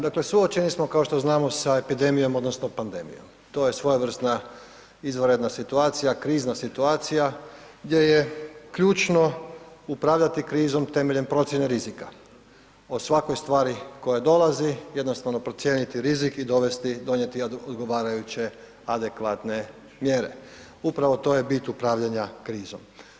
Dakle, suočeni smo kao što znamo sa epidemijom odnosno pandemijom, to je svojevrsna izvanredna situacija, krizna situacija gdje je ključno upravljati krizom temeljem procjene rizika, o svakoj stvari koja dolazi jednostavno procijeniti rizik i donijeti odgovarajuće adekvatne mjere, upravo to je bit upravljanja krizom.